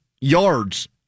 yards